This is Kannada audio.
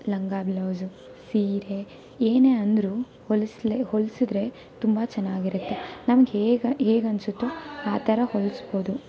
ಲಂಗ ಬ್ಲೌಸು ಸೀರೆ ಏನೇ ಅಂದ್ರೂ ಹೊಲಿಸ್ಲೇ ಹೊಲ್ಸಿದ್ರೆ ತುಂಬ ಚೆನ್ನಾಗಿರುತ್ತೆ ನಮ್ಗೆ ಹೇಗೆ ಹೇಗನ್ಸುತ್ತೋ ಆ ಥರ ಹೊಲಿಸ್ಬೌದು